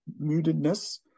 moodedness